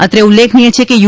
અત્રે ઉલ્લેખનીય છે કે યુ